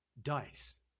dice